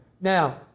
Now